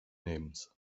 names